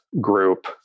group